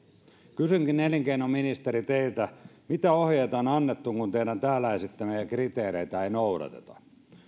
kysynkin elinkeinoministeri teiltä mitä ohjeita on annettu kun teidän täällä esittämiänne kriteereitä ei noudateta